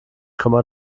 komma